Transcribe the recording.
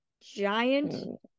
giant